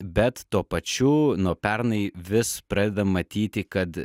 bet tuo pačiu nuo pernai vis pradedam matyti kad